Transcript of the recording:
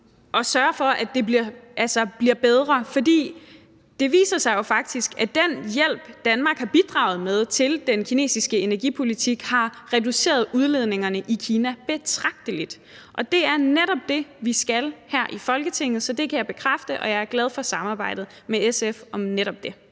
og sørger for, at det bliver bedre. For det viser sig jo faktisk, at den hjælp, Danmark har bidraget med til den kinesiske energipolitik, har reduceret udledningerne i Kina betragteligt. Og det er netop det, vi skal, her i Folketinget, så det kan jeg bekræfte – og jeg er glad for samarbejdet med SF om netop det.